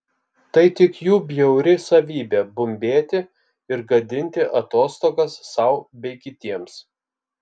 tai tik jų bjauri savybė bumbėti ir gadinti atostogas sau bei kitiems